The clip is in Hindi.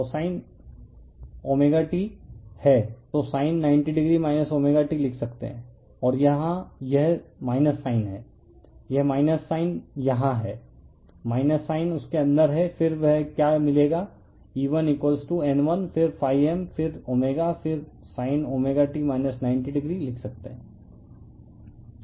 तो sin 90o ω t लिख सकते हैं और यह यहाँ साइन है यह साइन यहाँ है - साइन उसके अंदर है फिर वह क्या मिलेगा E1N1 फिर m फिर ω फिर sin ω t 90o लिख सकते हैं